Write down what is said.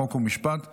חוק ומשפט נתקבלה.